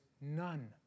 none